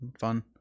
fun